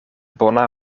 bona